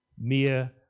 Mere